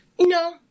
No